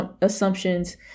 assumptions